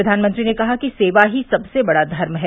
प्रधानमंत्री ने कहा कि सेवा ही सबसे बड़ा घर्म है